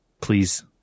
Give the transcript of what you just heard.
please